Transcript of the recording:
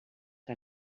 que